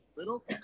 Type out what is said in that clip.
little